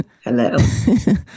Hello